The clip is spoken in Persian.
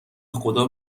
خدا